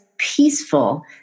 peaceful